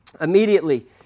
Immediately